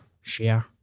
share